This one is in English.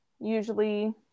usually